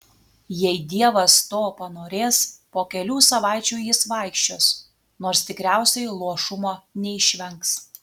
jei dievas to panorės po kelių savaičių jis vaikščios nors tikriausiai luošumo neišvengs